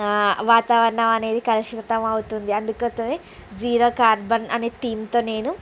వాతావరణం అనేది కలుషితం అవుతుంది అందుకోసమే జీరో కార్బన్ అనే థీమ్తో నేను